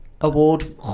Award